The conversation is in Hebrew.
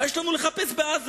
מה יש לנו לחפש בעזה?